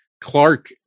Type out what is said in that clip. Clark